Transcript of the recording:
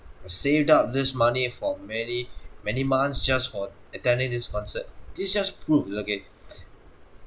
uh saved up this money for many many months just for attending his concert this just proves okay